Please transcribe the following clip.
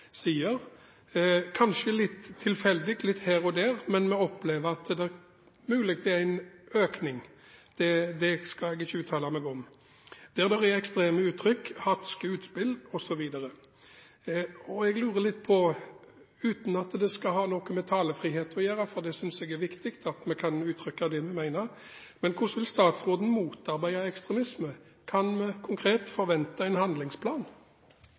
kanskje litt tilfeldig her og der. Vi opplever at det muligens er en økning – det skal jeg ikke uttale meg om – av ekstreme uttrykk, hatske utspill osv. Jeg lurer litt på, uten at det skal ha noe med talefrihet å gjøre, for jeg synes det er viktig at vi kan uttrykke det vi mener: Hvordan vil statsråden motarbeide ekstremisme? Kan vi konkret forvente en handlingsplan?